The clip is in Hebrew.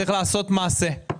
צריך לעשות מעשה.